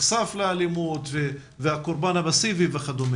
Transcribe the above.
המצב אכן הרבה יותר טוב.